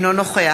אינו נוכח